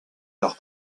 leur